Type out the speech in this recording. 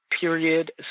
period